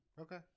Okay